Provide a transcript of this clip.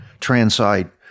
Transite